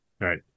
Right